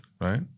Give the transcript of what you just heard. right